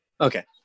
Okay